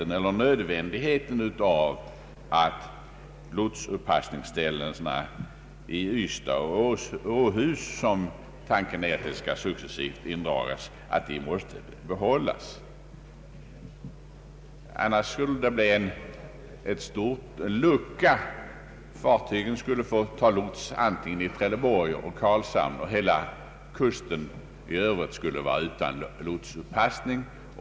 Jag vill betona nödvändigheten av att lotspassningsställena i Ystad och Åhus, vilka man avser att successivt indraga, bibehålls. Annars skulle det bli en stor lucka i lotsbevakningen. Fartygen skulle få ta lots antingen i Trelleborg eller i Karlshamn, och hela kusten i övrigt skulle vara utan lotspassning.